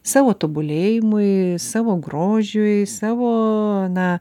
savo tobulėjimui savo grožiui savo na